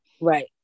right